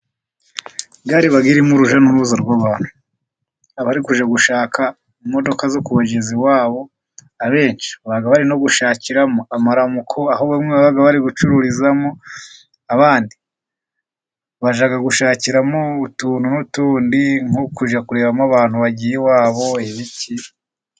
Gare iba irimo urujya n'uruza rw'abantu. Abari kujya gushaka imodoka zo kubageza iwabo, abenshi baba bari no gushakiramo amaramuko, aho bamwe baba bari gucururizamo abandi bajya gushakiramo utuntu n'utundi, nko kujya kurebamo abantu bagiye iwabo ibiki.